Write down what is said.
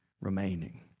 remaining